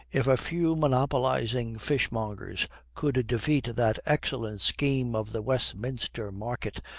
if a few monopolizing fishmongers could defeat that excellent scheme of the westminster market,